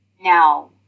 Now